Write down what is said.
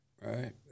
Right